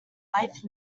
life